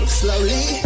slowly